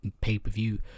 pay-per-view